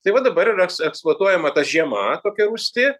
tai va dabar yra eksploatuojama ta žiema tokia rūsti